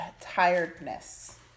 tiredness